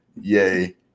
Yay